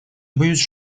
боюсь